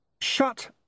Shut